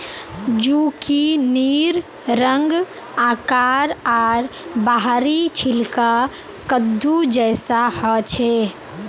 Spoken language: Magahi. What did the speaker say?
जुकिनीर रंग, आकार आर बाहरी छिलका कद्दू जैसा ह छे